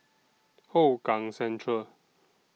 Hougang Central